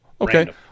Okay